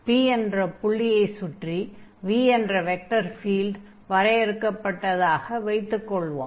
P என்ற புள்ளியைச் சுற்றி v என்ற வெக்டர் ஃபீல்ட் வரையறுக்கப்பட்டிருப்பதாக வைத்துக் கொள்வோம்